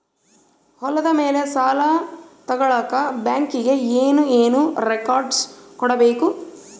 ಹೊಲದ ಮೇಲೆ ಸಾಲ ತಗಳಕ ಬ್ಯಾಂಕಿಗೆ ಏನು ಏನು ರೆಕಾರ್ಡ್ಸ್ ಕೊಡಬೇಕು?